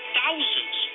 thousands